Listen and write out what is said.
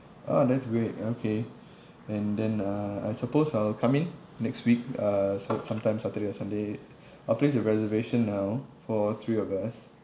ah that's great okay and then uh I suppose I'll come in next week uh s~ sometime saturday or sunday I'll place a reservation now for three of us